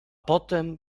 potem